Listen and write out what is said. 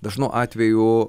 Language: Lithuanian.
dažnu atveju